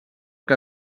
que